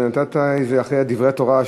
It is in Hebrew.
וזה אחרי דברי התורה,